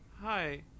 Hi